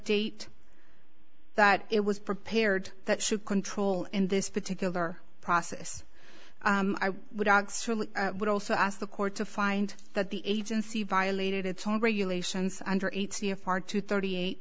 date that it was prepared that should control in this particular process would also ask the court to find that the agency violated its own regulations under eighty a part two thirty eight